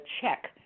check